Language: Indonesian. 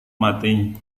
mati